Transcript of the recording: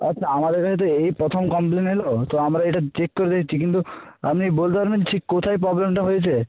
আচ্ছা আমাদের এখানে তো এই প্রথম কমপ্লেন এল তো আমরা এটা চেক করে দেখছি কিন্তু আপনি বলতে পারবেন ঠিক কোথায় প্রবলেমটা হয়েছে